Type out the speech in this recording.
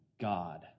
God